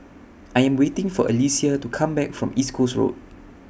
I Am waiting For Alecia to Come Back from East Coast Road